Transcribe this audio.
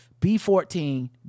b14